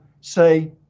say